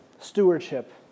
stewardship